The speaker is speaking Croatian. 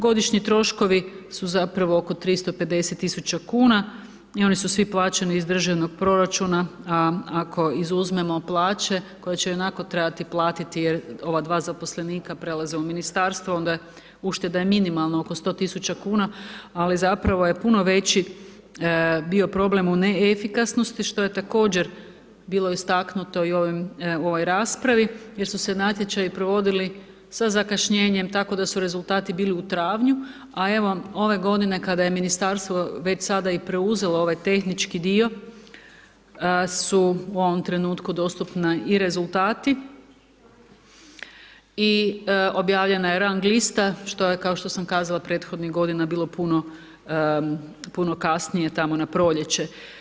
Godišnji troškovi su oko 350 tisuća kuna i oni su svi plaćeni iz državnog proračuna, a ako izuzmemo plaće, koja će ionako trebati platiti jer ova dva zaposlenika, prelaze u ministarstvo, onda, ušteda je minimalna, oko 100 tisuća kuna, ali zapravo je puno veći bio problem u neefikasnosti, što je također bilo istaknuto u ovoj raspravi jer su se natječaji provodili sa zakašnjenjem tako da su rezultati bili u travnju, a evo, ove godine kada je ministarstvo već sada i preuzelo ovaj tehnički dio su u ovom trenutku dostupna i rezultati i objavljena je rang lista, što je, kao što sam kazala prethodnih godina bilo puno kasnije, tamo na proljeće.